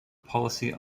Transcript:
policy